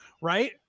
Right